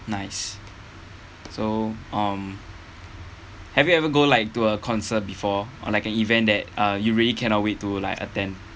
nice so um have you ever go like to a concert before or like an event that uh you really cannot wait to like attend